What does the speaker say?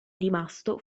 rimasto